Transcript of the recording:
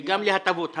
תתייחס גם להטבות המס.